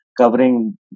covering